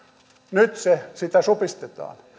nyt sitä supistetaan